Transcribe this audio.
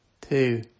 Two